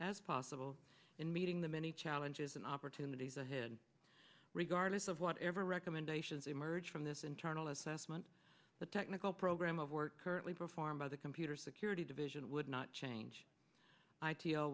as possible in meeting the many challenges and opportunities ahead regardless of whatever recommendations emerge from this internal assessment the technical program of work currently performed by the computer security division would not change